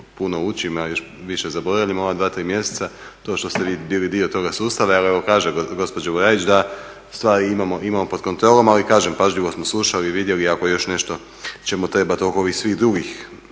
puno učim, a još više zaboravljam u ova dva, tri mjeseca, to što ste vi bili dio toga sustava ali evo kaže gospođa … da stvari imamo pod kontrolom ali kažem pažljivo smo slušali i vidjeli i ako još nešto ćemo trebati oko ovih svih drugih